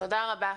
תודה רבה.